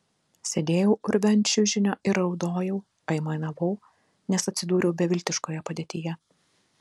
sėdėjau urve ant čiužinio ir raudojau aimanavau nes atsidūriau beviltiškoje padėtyje